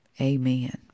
Amen